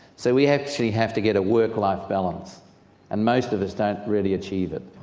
so we actually have to get a work life balance and most of us don't really achieve it.